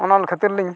ᱚᱱᱮ ᱚᱱᱟ ᱠᱷᱟᱹᱛᱤᱨᱞᱤᱧ